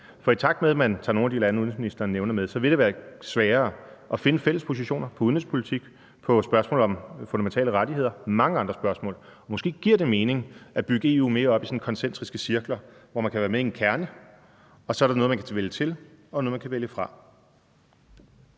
for i takt med at man tager nogle af de lande, udenrigsministeren nævner, med, vil det være sværere at finde fælles positioner på udenrigspolitik, på spørgsmålet om fundamentale rettigheder og mange andre spørgsmål. Måske giver det mening at bygge EU mere op i sådanne koncentriske cirkler, hvor man kan være med i en kerne, og så er der noget, man kan vælge til, og noget, man kan vælge fra.